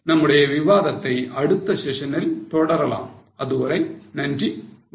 நம்முடைய விவாதத்தை அடுத்த செஷனில் தொடரலாம் அதுவரை நன்றி வணக்கம்